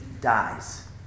dies